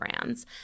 brands